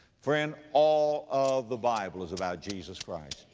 friend, all of the bible is about jesus christ.